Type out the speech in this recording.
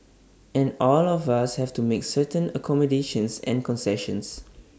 and all of us have to make certain accommodations and concessions